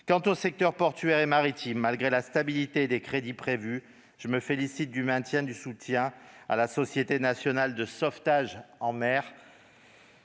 Quant au secteur portuaire et maritime, malgré la stabilité des crédits prévus, je me félicite du maintien du soutien à la Société nationale de sauvetage en mer